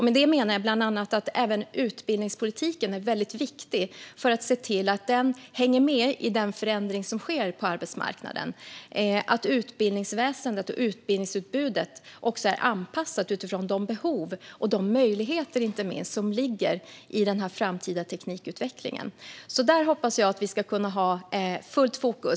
Med det menar jag bland annat att det är viktigt att utbildningspolitiken hänger med i den förändring som sker på arbetsmarknaden så att utbildningsväsendet och utbildningsutbudet anpassas efter de behov och inte minst möjligheter som finns i den framtida teknikutvecklingen. Jag hoppas att vi ska kunna ha fullt fokus på detta.